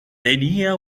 tenía